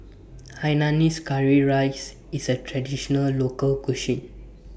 Hainanese Curry Rice IS A Traditional Local Cuisine